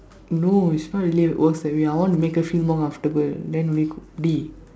no it's not really works that way I want to make her feel more comfortable then don't need cook di~